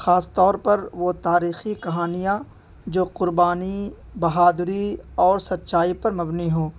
خاص طور پر وہ تاریخی کہانیاں جو قربانی بہادری اور سچائی پر مبنی ہوں